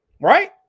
Right